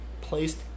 placed